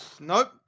Nope